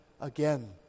again